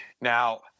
Now